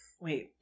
wait